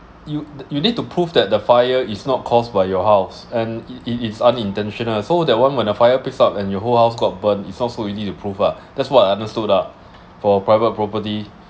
you you need to prove that the fire is not caused by your house and it's it's unintentional so that one when a fire breaks out and your whole house got burnt it's not so easy to prove ah that's what I understood lah for private property